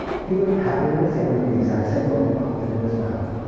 he would have had it in his hand, with the exact same look and popped it in his mouth.